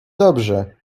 dobrze